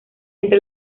entre